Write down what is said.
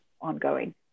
ongoing